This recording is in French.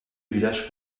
village